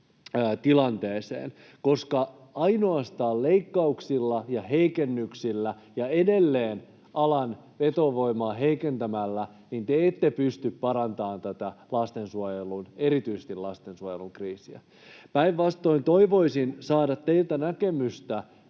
tilanteeseen, koska ainoastaan leikkauksilla ja heikennyksillä ja edelleen alan vetovoimaa heikentämällä te ette pysty parantamaan erityisesti lastensuojelun kriisiä. Päinvastoin, toivoisin saavani teiltä näkemystä